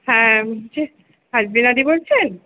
হ্যাঁ বলছি দি বলছেন